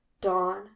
Dawn